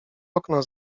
okno